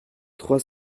trois